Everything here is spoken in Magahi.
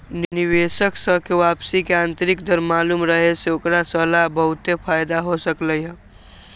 निवेशक स के वापसी के आंतरिक दर मालूम रहे से ओकरा स ला बहुते फाएदा हो सकलई ह